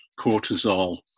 cortisol